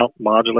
modular